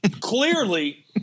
clearly